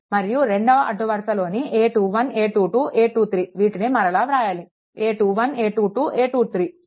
మరియు రెండవ అడ్డం వరుసలోని a21 a22 a23 వీటిని మరలా వ్రాయాలి a21 a22 a23